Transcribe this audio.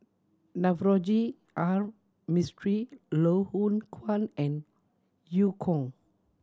Navroji R Mistri Loh Hoong Kwan and Eu Kong